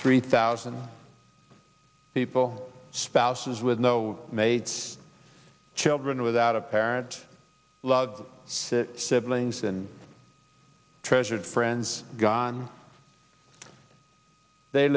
three thousand people spouses with no mates children without apparent love siblings and treasured friends gone they